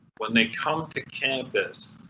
when they come to campus,